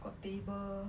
got table